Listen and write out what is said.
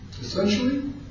Essentially